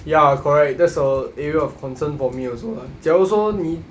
ya correct that's a area of concern for me also ah 假如说你